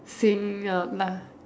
singing out lah